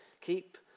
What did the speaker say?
Keep